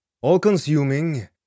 All-consuming